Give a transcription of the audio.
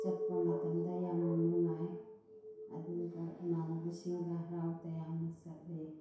ꯆꯠꯄ ꯃꯇꯝꯗ ꯌꯥꯝ ꯅꯨꯡꯉꯥꯏ ꯑꯗꯨꯒ ꯏꯃꯥꯟꯅꯕꯁꯤꯡꯒ ꯍꯔꯥꯎ ꯇꯌꯥꯝꯅ ꯆꯠꯂꯤ